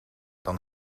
dan